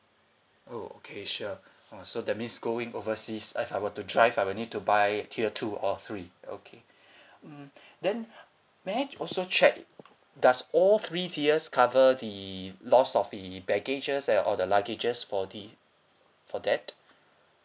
oh okay sure oh so that means going overseas if I were to drive I will need to buy tier two or three okay mm then may I also check does all three tiers cover the lost of the baggages and all the luggages for the for that